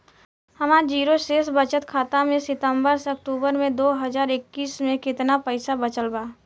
हमार जीरो शेष बचत खाता में सितंबर से अक्तूबर में दो हज़ार इक्कीस में केतना पइसा बचल बा?